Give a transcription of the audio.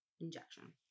Injection